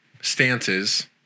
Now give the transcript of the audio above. stances